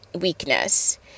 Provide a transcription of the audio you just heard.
weakness